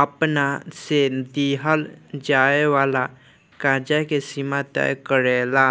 आपना से दीहल जाए वाला कर्ज के सीमा तय करेला